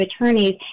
attorneys